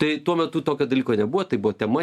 tai tuo metu tokio dalyko nebuvo tai buvo tema